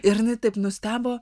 ir jinai taip nustebo